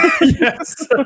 Yes